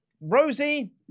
Rosie